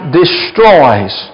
destroys